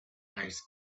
ice